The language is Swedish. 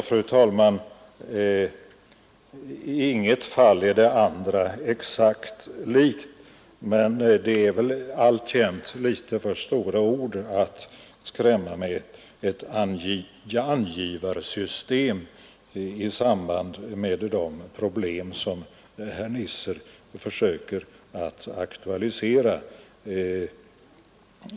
Fru talman! Inget fall är det andra exakt likt, men det är väl alltjämt att ta till litet för stora ord, när man skrämmer med angivarsystem i samband med de problem som herr Nisser försöker aktualisera.